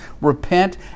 repent